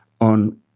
on